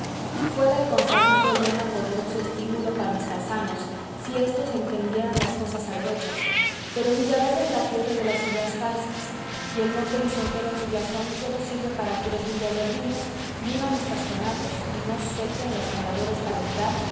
fuera el consabido lema poderoso estímulo para mis paisanos si éstos entendieran las cosas a derechas pero villaverde es la tierra de las ideas falsas y el mote lisonjero de su blasón sólo sirve para que los villaverdinos vivan estacionarios y no suelten los andadores para entrar